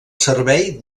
servei